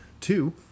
two